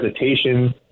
hesitation